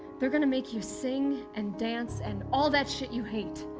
they're gonna make you sing and dance and all that shit you hate,